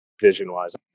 vision-wise